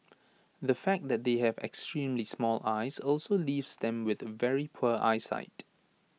the fact that they have extremely small eyes also leaves them with very poor eyesight